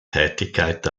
tätigkeit